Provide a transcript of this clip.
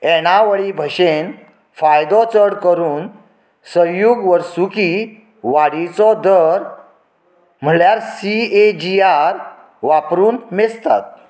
येणावळी भशेन फायदो चड करून संयूग वर्सुकी वाडीचो दर म्हळ्यार सीएजीआर वापरून मेजतात